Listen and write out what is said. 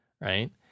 right